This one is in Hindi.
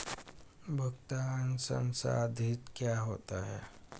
भुगतान संसाधित क्या होता है?